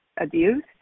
abuse